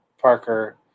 Parker